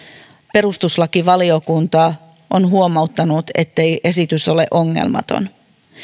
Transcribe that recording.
perustuslakivaliokunta on huomauttanut ettei esitys ole ongelmaton